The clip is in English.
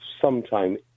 sometime